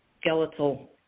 skeletal